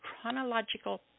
chronological